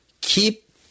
Keep